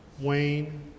Wayne